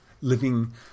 living